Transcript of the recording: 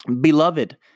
beloved